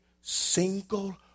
single